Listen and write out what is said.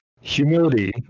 Humility